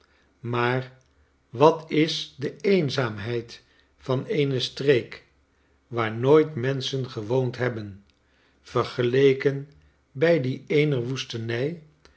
maar wat is de eenzaamheid van eene streek waar nooit menschen gewoond hebben vergeleken bij die eener woestenij